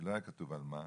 לא היה כתוב על מה.